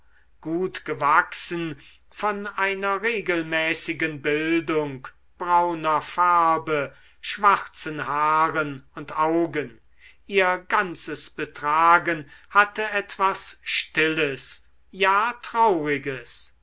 gut gewachsen von einer regelmäßigen bildung brauner farbe schwarzen haaren und augen ihr ganzes betragen hatte etwas stilles ja trauriges